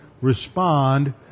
respond